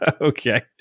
Okay